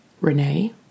Renee